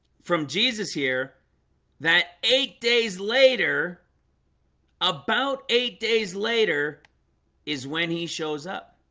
from jesus here that eight days later about eight days later is when he shows up